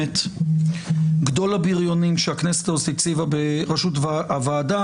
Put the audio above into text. גדול הבריונים שהכנסת הזאת הציבה ברשות הוועדה.